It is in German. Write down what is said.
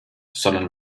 sondern